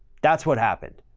that's what happened.